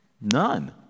None